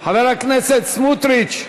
חבר הכנסת סמוטריץ,